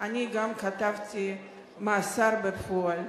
אני גם כתבתי מאסר בפועל,